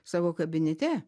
savo kabinete